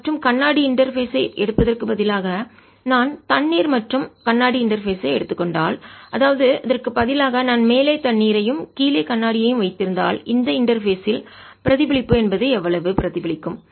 காற்று மற்றும் கண்ணாடி இன்டர்பேஸ் ஐ இடைமுகத்தை எடுப்பதற்கு பதிலாக நான் தண்ணீர் மற்றும் கண்ணாடி இன்டர்பேஸ் ஐ எடுத்துக் கொண்டால் அதாவது அதற்குப் பதிலாக நான் மேலே தண்ணீரையும் கீழே கண்ணாடியையும் வைத்திருந்தால் இந்த இன்டர்பேஸ் இல் இடைமுகத்தில் பிரதிபலிப்பு என்பது எவ்வளவு பிரதிபலிக்கும்